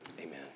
amen